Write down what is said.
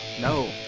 No